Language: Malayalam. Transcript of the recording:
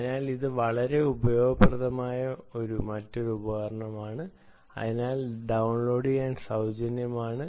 അതിനാൽ ഇത് വളരെ ഉപയോഗപ്രദമായ മറ്റൊരു ഉപകരണമാണ് യഥാർത്ഥത്തിൽ ഡൌൺലോഡ് ചെയ്യാൻ സൌജന്യമാണ്